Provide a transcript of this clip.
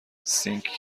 سینک